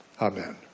Amen